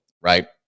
right